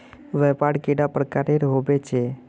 व्यापार कैडा प्रकारेर होबे चेक?